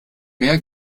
mehr